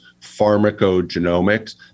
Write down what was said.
pharmacogenomics